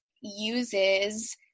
uses